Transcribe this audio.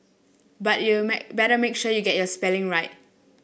but you may better make sure you get your spelling right